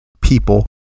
people